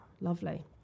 Lovely